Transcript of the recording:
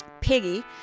Piggy